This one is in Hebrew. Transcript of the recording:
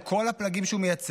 על כל הפלגים שהוא מייצג,